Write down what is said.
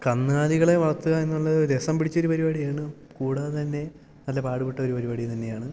കന്നുകാലികളെ വളർത്തുകയെന്നുള്ളത് രസം പിടിച്ചൊരു പരിപാടിയാണ് കൂടാതെ തന്നെ നല്ല പാടു പെട്ടൊരു പരിപാടി തന്നെയാണ്